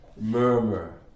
murmur